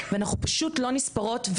ואנחנו פשוט לא נספרות,